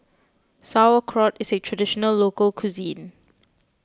Sauerkraut is a Traditional Local Cuisine